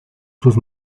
sus